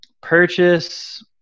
purchase